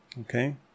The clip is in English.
Okay